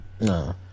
no